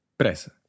pressa